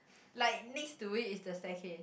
like next to it is the staircase